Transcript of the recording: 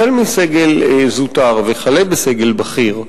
החל בסגל זוטר וכלה בסגל בכיר,